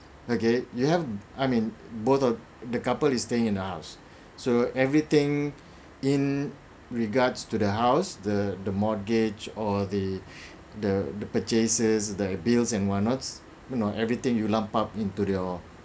okay you have I mean both of the couple is staying in the house so everything in regards to the house the the mortgage or the the the purchases the bills and what not you know everything you lump up into your